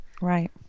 Right